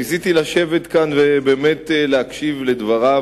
ניסיתי לשבת פה ולהקשיב לדבריו,